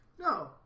No